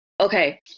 okay